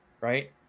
right